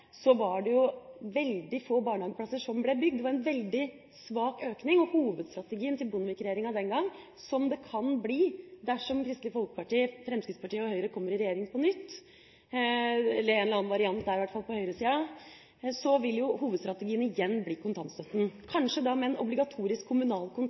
var en veldig svak økning, og hovedstrategien til Bondevik-regjeringen den gang var kontantstøtta. Dersom Kristelig Folkeparti, Fremskrittspartiet og Høyre kommer i regjering på nytt, eller en eller annen variant der på høyresida, vil hovedstrategien igjen bli kontantstøtta, kanskje med en obligatorisk kommunal